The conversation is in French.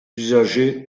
usagers